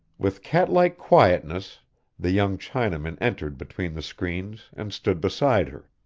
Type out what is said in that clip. with cat-like quietness the young chinaman entered between the screens and stood beside her.